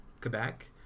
Quebec